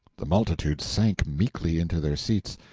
the multitude sank meekly into their seats,